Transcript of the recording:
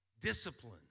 discipline